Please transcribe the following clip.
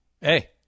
hey